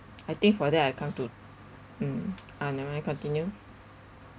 I think for that I come to mm ah never mind continue